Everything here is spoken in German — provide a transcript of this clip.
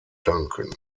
danken